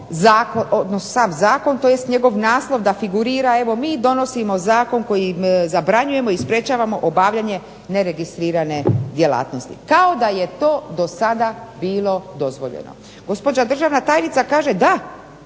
potreban sav zakon tj. sam naslov da figurira, evo mi donosimo zakon kojim zabranjujemo i sprečavamo obavljanje neregistrirane djelatnosti, kao da je to do sada bilo dozvoljeno. Gospođa državna tajnica kaže da,